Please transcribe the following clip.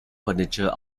furniture